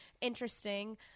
interesting